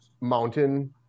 mountain